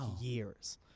years